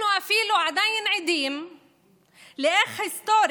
אנחנו עדיין עדים איך היסטורית,